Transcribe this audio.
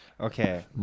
Okay